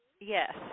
Yes